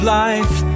life